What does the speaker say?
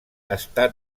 està